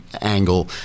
angle